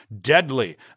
deadly